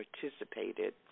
participated